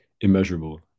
immeasurable